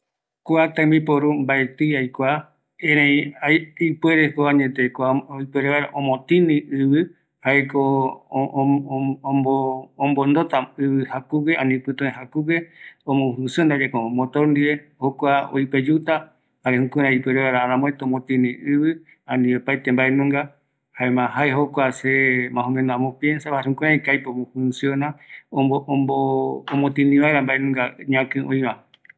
﻿Kua tembiporu mbaetii aikua, erei ai ipuereko añate kua ipuere vaera omotini ivi jaeko ombondota ivi jakugue aniipitue jakugue, omo funcionayae komo motor ndive, jokua oipeyuta jare jukurai ipuere vaera aramüete omotini ivi, ani opaete mbaenunga, jaema jae jokua se majomeno amopiensava, jukuraiko aipo omofunciona ombo omotini vaera mbae mbaenunga ñaki oiva